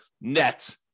net